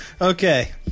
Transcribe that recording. okay